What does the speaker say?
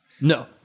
No